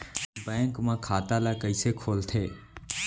Bank म खाता ल कइसे खोलथे?